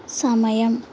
సమయం